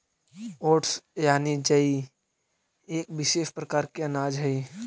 oats यानि जई एक विशेष प्रकार के अनाज हइ